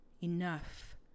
Enough